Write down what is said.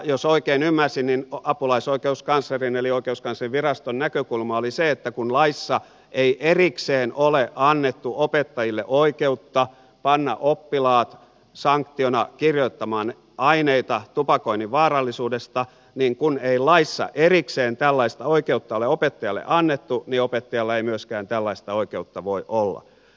jos oikein ymmärsin niin apulaisoikeuskanslerin eli oikeuskanslerinviraston näkökulma oli se että kun laissa ei erikseen ole annettu opettajille oikeutta panna oppilaita sanktiona kirjoittamaan aineita tupakoinnin vaarallisuudesta niin opettajalla ei laissa erikseen tällaista oikeutta ole opettajalle annettu jo opettajalle myöskään tällaista oikeutta voi olla